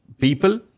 people